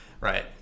right